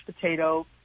potato